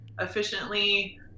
efficiently